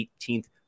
18th